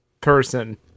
person